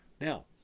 Now